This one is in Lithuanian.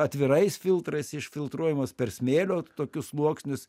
atvirais filtrais išfiltruojamas per smėlio tokius sluoksnius